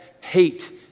hate